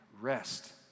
rest